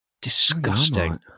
Disgusting